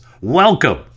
welcome